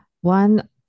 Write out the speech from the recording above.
one